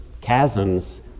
chasms